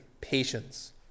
patience